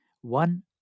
One